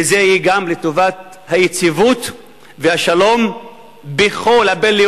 וזה יהיה גם לטובת היציבות והשלום הבין-לאומי,